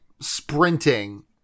sprinting